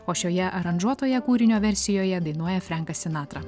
o šioje aranžuotoje kūrinio versijoje dainuoja frenkas sinatra